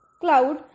cloud